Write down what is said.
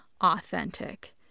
authentic